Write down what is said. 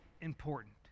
important